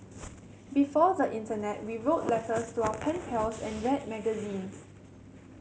before the internet we wrote letters to our pen pals and read magazines